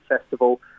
festival